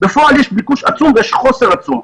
בפועל יש ביקוש עצום ויש חוסר עצום.